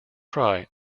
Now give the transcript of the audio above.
cry